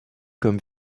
comme